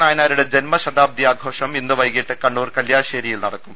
നായനാരുടെ ജന്മശതാബ്ദി ആഘോഷം ഇന്ന് വൈകീട്ട് കണ്ണൂർ കല്യാശ്ശേരിയിൽ നടക്കും